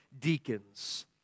deacons